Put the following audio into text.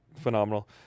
phenomenal